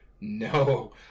No